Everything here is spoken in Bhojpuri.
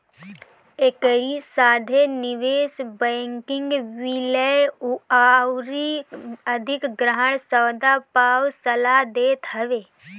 एकरी साथे निवेश बैंकिंग विलय अउरी अधिग्रहण सौदा पअ सलाह देत हवे